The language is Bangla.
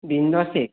দিন দশেক